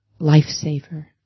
lifesaver